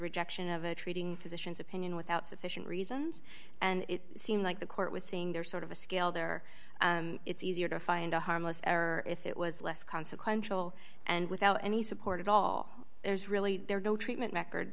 rejection of a treating physicians opinion without sufficient reasons and it seemed like the court was saying they're sort of a scale there it's easier to find a harmless error if it was less consequential and without any support at all there's really no treatment rec